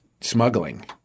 smuggling